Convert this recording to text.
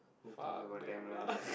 who cares about them right